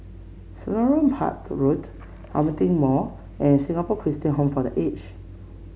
Selarang Park Road Hillion Mall and Singapore Christian Home for The Age